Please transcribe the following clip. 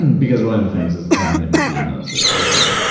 and because one of the things is anonymity and not, sort of, revealing.